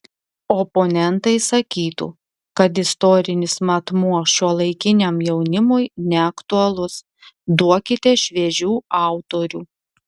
oponentai sakytų kad istorinis matmuo šiuolaikiniam jaunimui neaktualus duokite šviežių autorių